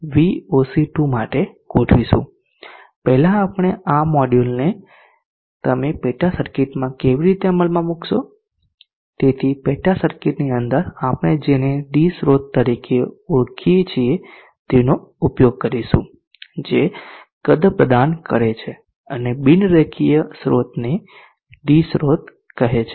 પરંતુ પહેલા આ મોડ્યુલ ને તમે પેટા સર્કિટમાં કેવી રીતે અમલમાં મૂકશો તેથી પેટા સર્કિટની અંદર આપણે જેને d સ્રોત તરીકે ઓળખાય છે તેનો ઉપયોગ કરીશું જે કદ પ્રદાન કરે છે અને બિન રેખીય સ્રોતને d સ્રોત કહે છે